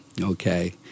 okay